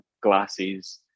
glasses